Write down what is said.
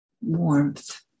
warmth